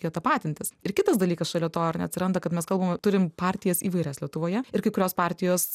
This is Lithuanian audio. ja tapatintis ir kitas dalykas šalia to ar ne atsiranda kad mes kalbam turime partijas įvairias lietuvoje ir kai kurios partijos